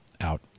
out